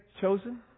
chosen